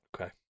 Okay